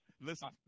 Listen